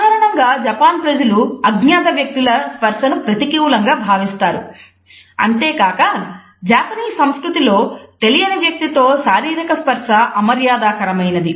సాధారణంగా జపాన్ సంస్కృతిలో తెలియని వ్యక్తి తో శారీరక స్పర్శ అమర్యాదకరమైనది